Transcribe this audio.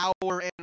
power